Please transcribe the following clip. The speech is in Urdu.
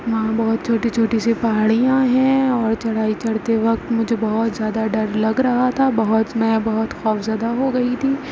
وہاں بہت چھوٹی چھوٹی سی پہاڑیاں ہیں اور چڑھائی چڑھتے وقت مجھے بہت زیادہ ڈر لگ رہا تھا بہت میں بہت خوفزدہ ہو گئی تھی